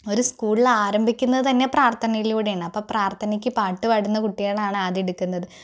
ഒരു സ്കൂളില് ആരംഭിക്കുന്നത് തന്നെ പ്രാർത്ഥനയിലൂടെയാണ് അപ്പോൾ പ്രാർത്ഥനയ്ക്ക് പാട്ടുപാടുന്ന കുട്ടികളാണ് ആദ്യം എടുക്കുന്നത്